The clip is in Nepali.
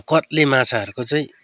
कत्ले माछाहरूको चाहिँ